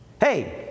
Hey